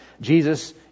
Jesus